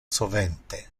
sovente